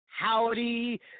Howdy